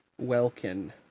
Welkin